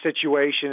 situation